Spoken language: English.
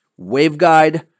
waveguide